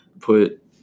put